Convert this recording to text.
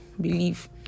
believe